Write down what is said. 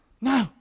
No